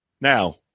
Now